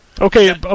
Okay